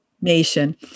Nation